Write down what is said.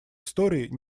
истории